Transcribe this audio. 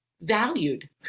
Valued